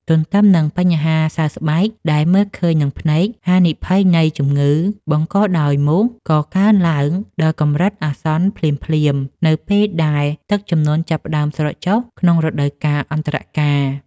ទន្ទឹមនឹងបញ្ហាសើស្បែកដែលមើលឃើញនឹងភ្នែក ហានិភ័យនៃ ជំងឺបង្កដោយមូស ក៏កើនឡើងដល់កម្រិតអាសន្នភ្លាមៗនៅពេលដែលទឹកជំនន់ចាប់ផ្ដើមស្រកចុះក្នុងរដូវកាលអន្តរកាល។